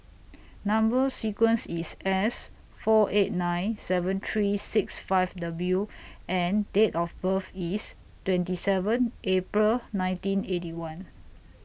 Number sequence IS S four eight nine seven three six five W and Date of birth IS twenty seven April nineteen Eighty One